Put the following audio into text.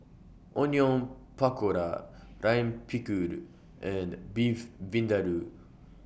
Onion Pakora Lime Pickle and Beef Vindaloo